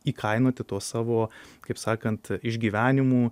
įkainoti to savo kaip sakant išgyvenimų